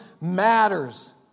matters